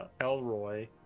Elroy